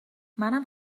منم